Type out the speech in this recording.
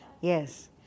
yes